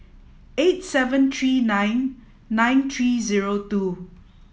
eight seven three nine nine three zero two